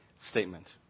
statement